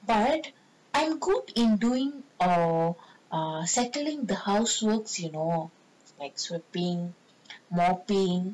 but I good in doing err settling the houseworks you know like sweeping mopping